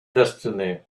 destiny